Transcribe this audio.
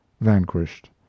vanquished